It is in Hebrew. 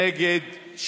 נגד,